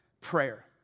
prayer